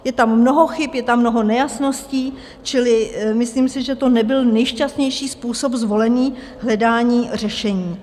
Je tam mnoho chyb, je tam mnoho nejasností, čili myslím si, že to nebyl nejšťastnější způsob zvolený hledání řešení.